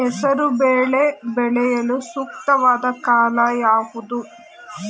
ಹೆಸರು ಬೇಳೆ ಬೆಳೆಯಲು ಸೂಕ್ತವಾದ ಕಾಲ ಯಾವುದು?